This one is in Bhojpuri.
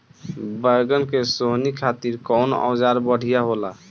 बैगन के सोहनी खातिर कौन औजार बढ़िया होला?